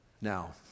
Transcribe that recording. Now